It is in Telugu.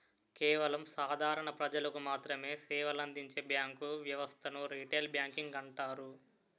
కేవలం సాధారణ ప్రజలకు మాత్రమె సేవలందించే బ్యాంకు వ్యవస్థను రిటైల్ బ్యాంకింగ్ అంటారు